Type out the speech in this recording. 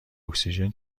اکسیژن